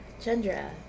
Chandra